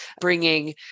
bringing